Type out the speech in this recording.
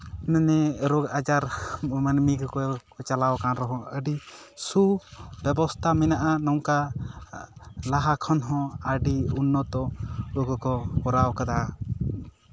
ᱢᱟᱱᱮ ᱨᱳᱜᱽ ᱟᱡᱟᱨ ᱢᱟᱹᱱᱢᱤ ᱠᱚᱠᱚ ᱪᱟᱞᱟᱣ ᱟᱠᱟᱱ ᱨᱮᱦᱚᱸ ᱟᱹᱰᱤ ᱥᱩᱵᱮᱵᱚᱥᱛᱷᱟ ᱢᱮᱱᱟᱜᱼᱟ ᱱᱚᱝᱠᱟ ᱞᱟᱦᱟ ᱠᱷᱚᱱ ᱦᱚᱸ ᱟᱹᱰᱤ ᱩᱱᱱᱚᱛᱚ ᱫᱚᱠᱚ ᱠᱚ ᱠᱚᱨᱟᱣ ᱠᱟᱫᱟ